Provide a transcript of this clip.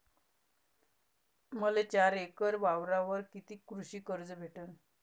मले चार एकर वावरावर कितीक कृषी कर्ज भेटन?